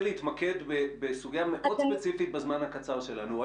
להתמקד בסוגיה מאוד ספציפית בזמן הקצר שלנו.